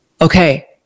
okay